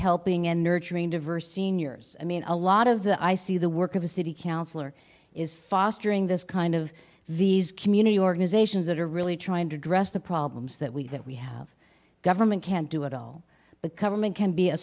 helping and nurturing diverse seniors i mean a lot of the i see the work of a city councillor is fostering this kind of these community organizations that are really trying to address the problems that we that we have government can't do it all but government can be a